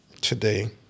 Today